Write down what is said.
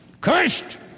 Cursed